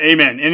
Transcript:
Amen